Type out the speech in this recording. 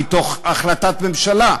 מתוך החלטת ממשלה.